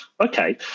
Okay